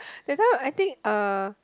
that time I think uh